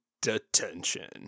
detention